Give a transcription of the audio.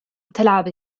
تلعب